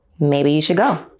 maybe you should go.